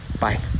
bye